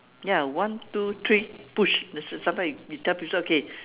ya one two three push there's a sometimes you tell people okay